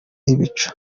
ibicu